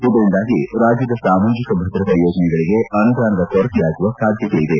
ಇದರಿಂದಾಗಿ ರಾಜ್ಯದ ಸಾಮಾಜಕ ಭದ್ರತಾ ಯೋಜನೆಗಳಿಗೆ ಅನುದಾನದ ಕೊರತೆಯಾಗುವ ಸಾಧ್ಯತೆ ಇದೆ